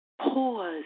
pause